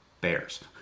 bears